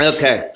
Okay